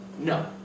no